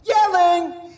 Yelling